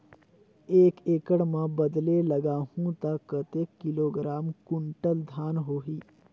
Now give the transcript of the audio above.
एक एकड़ मां बदले लगाहु ता कतेक किलोग्राम कुंटल धान होही?